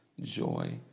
joy